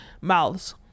mouths